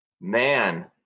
man